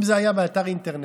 אם זה היה באתר אינטרנט,